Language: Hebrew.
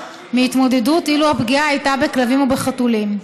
מהתמודדות אילו הפגיעה הייתה בכלבים או בחתולים.